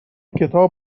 کتاب